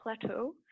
plateau